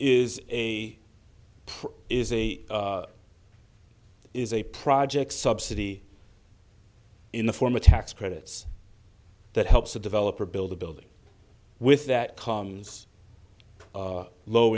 is a is a is a project's subsidy in the form of tax credits that helps a developer build a building with that comes low